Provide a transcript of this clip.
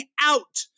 out